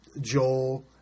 Joel